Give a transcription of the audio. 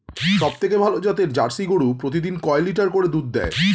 সবথেকে ভালো জাতের জার্সি গরু প্রতিদিন কয় লিটার করে দুধ দেয়?